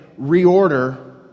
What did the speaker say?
reorder